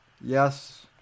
Yes